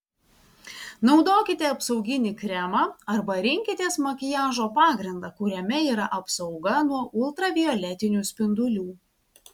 naudokite apsauginį kremą arba rinkitės makiažo pagrindą kuriame yra apsauga nuo ultravioletinių spindulių